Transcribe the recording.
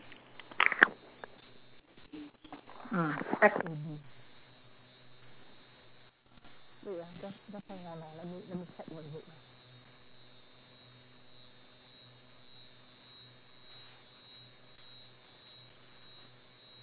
mm F A D wait ah just just hang on lor let me let me check what is it ah